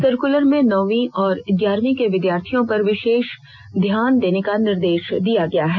circular में नौवीं और ग्यारहवीं के विद्यार्थियों पर विशेष ध्यान देने का निर्देश दिया गया है